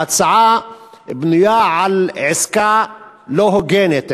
ההצעה בנויה על עסקה לא הוגנת,